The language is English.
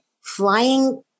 flying